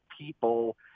people